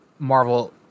Marvel